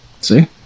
See